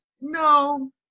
no